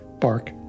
bark